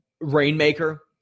Rainmaker